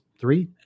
three